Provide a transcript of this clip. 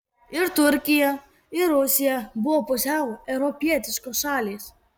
ir turkija ir rusija buvo pusiau europietiškos šalys